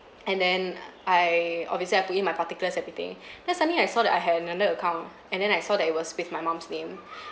and then uh I obviously I out in my particulars everything then suddenly I saw that I had another account and then I saw that it was with my mom's name